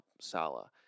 Salah